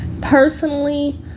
Personally